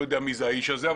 לא יודע מי האיש הזה,